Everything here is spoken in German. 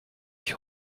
ich